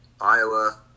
Iowa